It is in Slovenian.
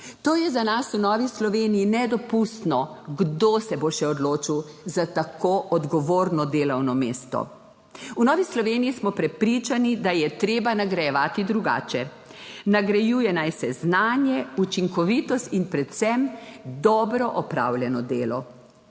To je za nas v Novi Sloveniji nedopustno. Kdo se bo še odločil za tako odgovorno delovno mesto? V Novi Sloveniji smo prepričani, da je treba nagrajevati drugače. Nagrajuje naj se znanje, učinkovitost in predvsem dobro opravljeno delo.